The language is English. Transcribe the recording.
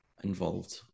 involved